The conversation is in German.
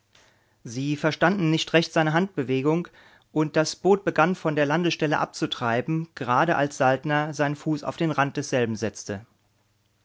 sie verstanden nicht recht seine handbewegung und das boot begann von der landestelle abzutreiben gerade als saltner seinen fuß auf den rand desselben setzte